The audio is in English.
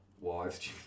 wives